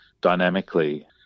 dynamically